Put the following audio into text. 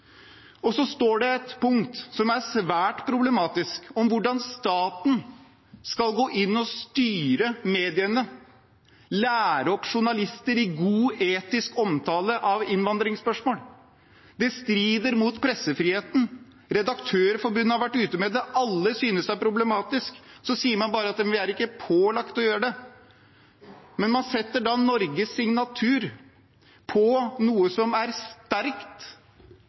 Og så står det et punkt som er svært problematisk, om hvordan staten skal gå inn og styre mediene, lære opp journalister i god etisk omtale av innvandringsspørsmål. Det strider mot pressefriheten, Redaktørforeningen har vært ute med det, alle synes det er problematisk. Så sier man bare at man ikke er pålagt å gjøre det. Men man setter da Norges signatur på noe som er sterkt